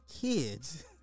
kids